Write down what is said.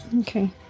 Okay